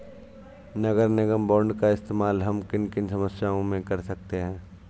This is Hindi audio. नगर निगम बॉन्ड का इस्तेमाल हम किन किन समस्याओं में कर सकते हैं?